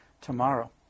tomorrow